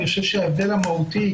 אני חושב שההבדל המהותי,